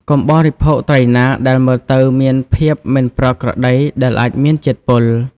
កុំបរិភោគ ត្រីណាដែលមើលទៅមានសភាពមិនប្រក្រតីដែលអាចមានជាតិពុល។